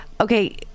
Okay